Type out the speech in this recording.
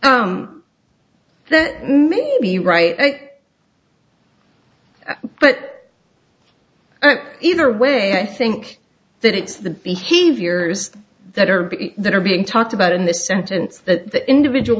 that may be right but either way i think that it's the behaviors that are that are being talked about in this sentence that the individual